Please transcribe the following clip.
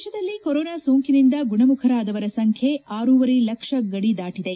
ದೇಶದಲ್ಲಿ ಕೊರೊನಾ ಸೋಂಕಿನಿಂದ ಗುಣಮುಖರಾದವರ ಸಂಖ್ಯೆ ಆರೂವರೆ ಲಕ್ಷದ ಗಡಿ ದಾಟದೆ